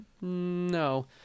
no